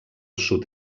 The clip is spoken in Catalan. sud